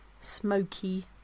smoky